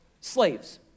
slaves